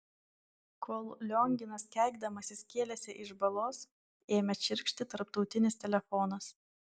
kol lionginas keikdamasis kėlėsi iš balos ėmė čirkšti tarptautinis telefonas